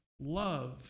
love